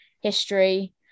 history